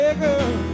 girl